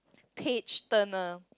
page turner